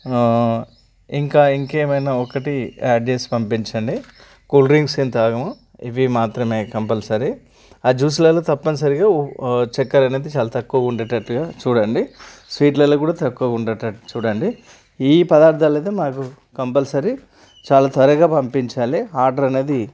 ఇంకా ఇంకేమైనా ఒకటి యాడ్ చేసి పంపించండి కూల్ డ్రింక్స్ ఏమి తాగమూ ఇవి మాత్రమే కంపల్సరీ ఆ జ్యూస్లలో తప్పనిసరిగా ఒ చక్కెర అనేది చాలా తక్కువ ఉండేటట్టుగా చూడండి స్వీట్లలో కూడా తక్కువ ఉండేటట్టు చూడండి ఈ పదార్ధాలైతే మాకు కంపల్సరీ చాలా త్వరగా పంపించాలి ఆర్డర్ అనేది